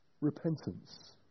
repentance